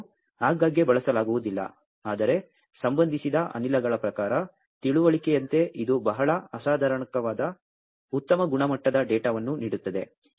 ಇದನ್ನು ಆಗಾಗ್ಗೆ ಬಳಸಲಾಗುವುದಿಲ್ಲ ಆದರೆ ಸಂಬಂಧಿಸಿದ ಅನಿಲಗಳ ಪ್ರಕಾರಗಳ ತಿಳುವಳಿಕೆಯಂತೆ ಇದು ಬಹಳ ಅಸಾಧಾರಣವಾದ ಉತ್ತಮ ಗುಣಮಟ್ಟದ ಡೇಟಾವನ್ನು ನೀಡುತ್ತದೆ